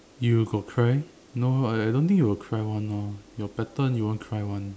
you got cry no I I don't think you'll cry [one] orh your pattern you won't cry [one]